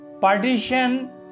partition